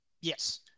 Yes